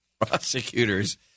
Prosecutors